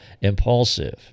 impulsive